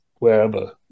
wherever